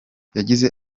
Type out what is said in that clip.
yagize